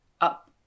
up